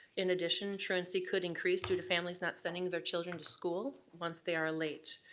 in addition, truancy could increase, due to families not sending their children to school once they are late.